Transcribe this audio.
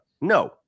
No